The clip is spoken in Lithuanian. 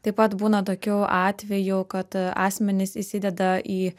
taip pat būna tokių atvejų kad asmenys įsideda į